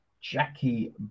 Jackie